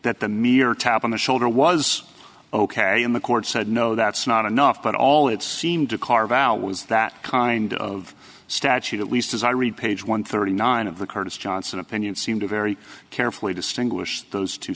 that the mere tap on the shoulder was ok and the court said no that's not enough but all it seemed to carve out was that kind of statute at least as i read page one thirty nine of the curtis johnson opinion seem to very carefully distinguish those two